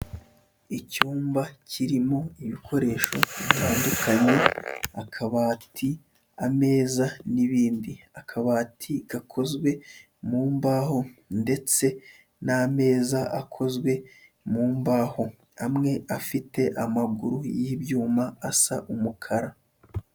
Icyumba kirimo ibikoresho bitandukanye, akabati, ameza n'ibindi, akabati gakozwe mu mbaho ndetse n'ameza akozwe mu mbaho, amwe afite amaguru y'ibyuma asa umukara.